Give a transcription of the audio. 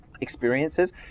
experiences